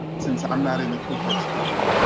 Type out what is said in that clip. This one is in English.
since i'm not in the ku klux klan,